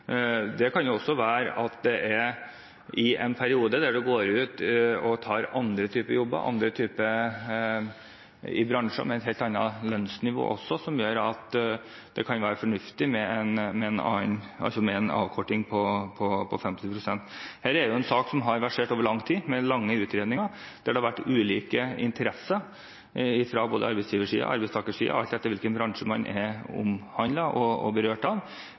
Det kan også være at det i en periode når man går ut og tar andre typer jobber, i bransjer med et helt annet lønnsnivå, kan være fornuftig med en avkorting på 50 pst. Dette er en sak som har versert over lang tid, med lange utredninger, og der det har vært ulike interesser fra både arbeidsgiver- og arbeidstakersiden, alt etter hvilken bransje man er berørt av.